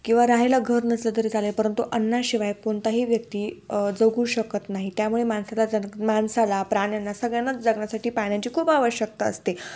किंवा राहायला घर नसलं तरी चालेल परंतु अन्नाशिवाय कोणताही व्यक्ती जगू शकत नाही त्यामुळे माणसाला जन माणसाला प्राण्यांना सगळ्यांनाच जगण्यासाठी पाण्याची खूप आवश्यकता असते